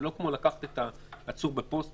זה לא כמו לקחת את העצור ב "פוסטה",